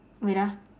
wait ah